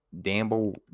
damble